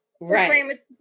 right